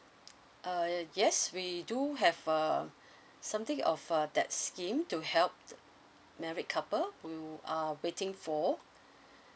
err yes we do have err something of uh that scheme to help married couple who are waiting for